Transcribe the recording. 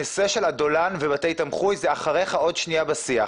הנושא של אדולן ובתי תמחוי זה אחריך עוד שנייה בשיח.